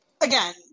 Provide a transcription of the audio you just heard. again